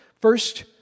First